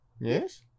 yes